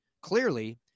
Clearly